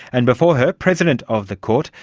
and before her president of the court,